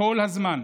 כל הזמן,